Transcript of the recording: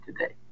today